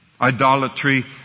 Idolatry